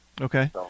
Okay